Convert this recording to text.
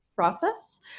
process